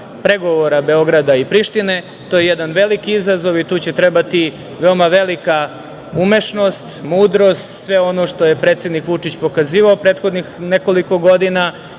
pregovora Beograda i Prištine. To je jedan veliki izazov i to će trebati veoma velika umešnost, mudrost, sve ono što je predsednik Vučić pokazivao prethodnih nekoliko godina